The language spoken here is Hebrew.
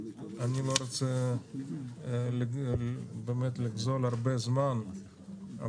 אני לא רוצה לגזול הרבה זמן,